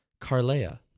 Carlea